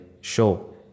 show